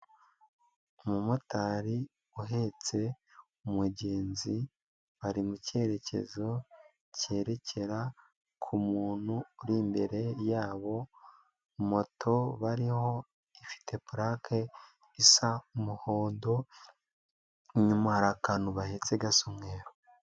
Umu motari uhetse umugenzi. Bari mu kerekezo kerekera ku muntu uri imbere yabo. Moto bariho ifite purake isa umuhondo, inyuma hari akantu bahetse gasa umweru.